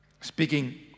Speaking